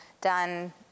done